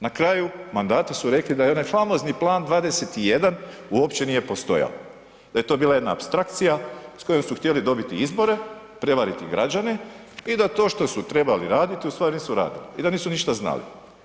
Na kraju mandata su rekli da je onaj famozni Plan 21 uopće nije postojao, da je to bila jedna apstrakcija s kojom su htjeli dobiti izbore, prevariti građane i da to što su trebali raditi ustvari nisu radili i da nisu ništa znali.